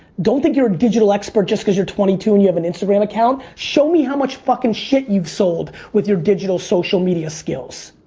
don't think you're a digital expert just because you're twenty two and you have an instagram account. show me how much fuckin' shit you've sold with your digital social media skills.